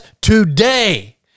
today